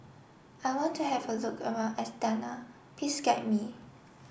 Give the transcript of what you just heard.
I want to have a look around Astana please guide me